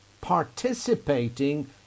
participating